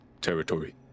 territory